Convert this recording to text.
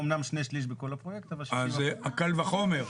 אמנם שני שליש בכל הפרויקט אבל 60%. אז קל וחומר.